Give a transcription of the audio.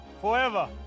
forever